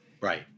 right